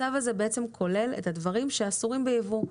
הצו הזה בעצם כולל את הדברים שאסורים ביבוא,